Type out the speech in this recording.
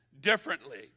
differently